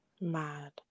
Mad